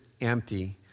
empty